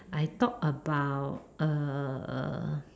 I talk about uh